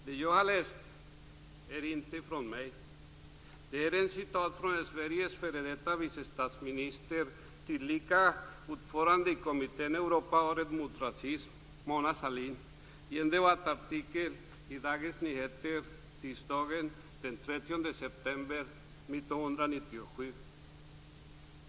Det som jag har läst upp är inget som jag har skrivit, det är ett citat från Sveriges f.d. vice statsminister, tillika ordförande i kommittén Europaåret mot rasism, Mona Sahlin i en debattartikel i Dagens Nyheter tisdagen den 30 september 1997.